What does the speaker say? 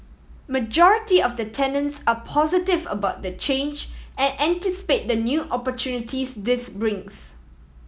majority of the tenants are positive about the change and anticipate the new opportunities this brings